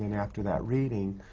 and after that reading,